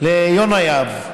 ליונה יהב.